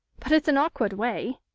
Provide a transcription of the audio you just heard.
but it's an awkward way.